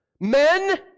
Men